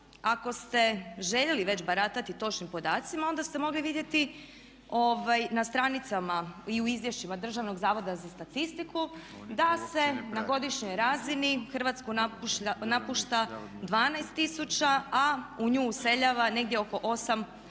ako ste željeli već baratati točnim podacima, onda ste mogli vidjeti na stranicama i u izvješćima Državnog zavoda za statistiku da se na godišnjoj razini Hrvatsku napušta 12000, a u nju useljava negdje oko 8000